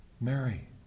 Mary